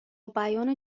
بیان